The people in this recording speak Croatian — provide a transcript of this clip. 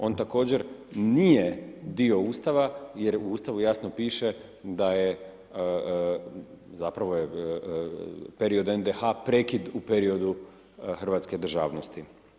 On također nije dio Ustava jer u Ustavu jasno piše da je, zapravo je, period NDH prekid u periodu hrvatske državnosti.